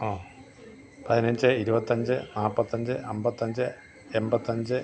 ആ പതിനഞ്ച് ഇരുപത്തി അഞ്ച് നാൽപ്പത്തി അഞ്ച് അമ്പത്തി അഞ്ച് എൺപത്തി അഞ്ച്